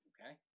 Okay